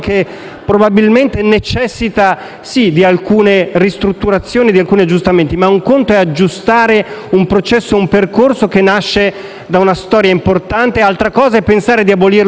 forse necessita di alcune ristrutturazioni e di alcuni aggiustamenti, ma un conto è aggiustare un processo e un percorso che nascono da una storia importante, altra cosa è pensare di abolirlo